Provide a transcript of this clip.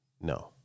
no